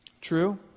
True